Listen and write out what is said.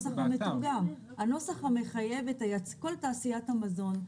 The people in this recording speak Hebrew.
הנוסח המחייב את כל תעשיית המזון,